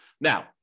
Now